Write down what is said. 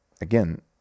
again